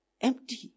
empty